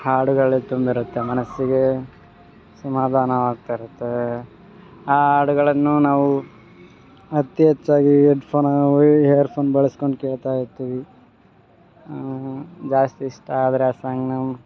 ಹಾಡುಗಳು ತುಂಬಿರುತ್ತೆ ಮನಸ್ಸಿಗೆ ಸಮಾಧಾನ ಆಗ್ತಾ ಇರುತ್ತೆ ಆ ಹಾಡುಗಳನ್ನು ನಾವು ಅತಿಹೆಚ್ಚಾಗಿ ಎಡ್ ಫೋನ ಹೇರ್ ಫೋನ್ ಬಳಸ್ಕೊಂಡ್ ಕೇಳ್ತಾ ಇರ್ತೀವಿ ಜಾಸ್ತಿ ಇಷ್ಟ ಆದರೆ ಆ ಸಾಂಗ್ ನಮ್ಮ